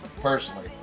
personally